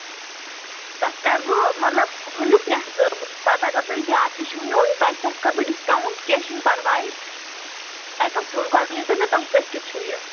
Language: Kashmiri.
کَرٕ بہٕ مطلب ہُمیُک نصب پَتہٕ اگر تۄہہِ زیادٕ تہِ چھُو نیُن تۄہہِ تَتھ کَرٕ بہٕ ڈِسکاوُنٛٹ کیٚنٛہہ چھُنہٕ پَرواے تۄہہِ کَتھ کیُتھ گۄڈٕ ؤنِو تُہۍ مےٚ تۄہہِ کٔژ کیُتھ چھُو یہِ